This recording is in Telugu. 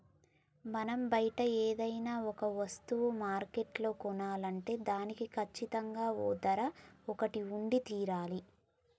మనం బయట ఏదైనా ఒక వస్తువులు మార్కెట్లో కొనాలంటే దానికి కచ్చితంగా ఓ ధర ఒకటి ఉండి తీరాలి